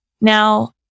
Now